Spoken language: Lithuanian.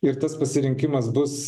ir tas pasirinkimas bus